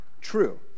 true